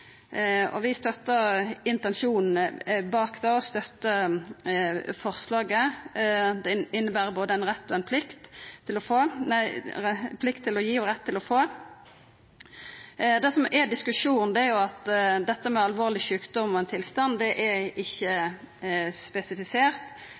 og lidingar, og som har behov for behandling eller oppfølging over tid. Vi støttar intensjonen bak det, og vi støttar forslaget. Det inneber både ei plikt til å gi og ein rett til å få. Det som er diskusjonen, er at dette med alvorleg sjukdom og tilstand er ikkje spesifisert. Det